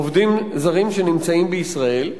עובדים זרים שנמצאים בישראל.